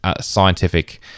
scientific